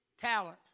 talent